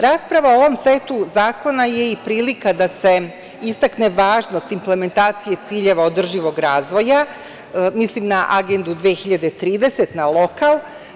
Rasprava o ovom setu zakona je i prilika da se istakne važnost implementaciji ciljeva održivog razvoja, mislim na Agendu 2030, na lokal.